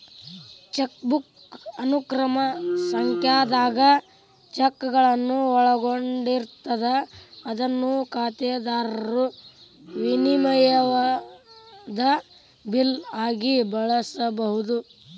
chequebook ಅನುಕ್ರಮ ಸಂಖ್ಯಾದಾಗ ಚೆಕ್ಗಳನ್ನ ಒಳಗೊಂಡಿರ್ತದ ಅದನ್ನ ಖಾತೆದಾರರು ವಿನಿಮಯದ ಬಿಲ್ ಆಗಿ ಬಳಸಬಹುದು